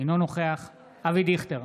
אינו נוכח אבי דיכטר,